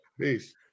Peace